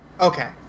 okay